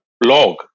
blog